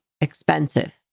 expensive